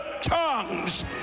tongues